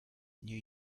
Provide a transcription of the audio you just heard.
new